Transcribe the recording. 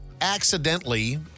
accidentally